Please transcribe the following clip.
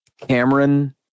Cameron